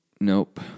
Nope